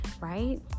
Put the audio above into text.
right